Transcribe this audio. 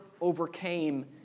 overcame